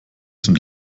sind